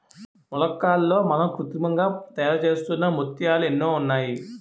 మొలస్కాల్లో మనం కృత్రిమంగా తయారుచేస్తున్న ముత్యాలు ఎన్నో ఉన్నాయి